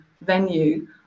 venue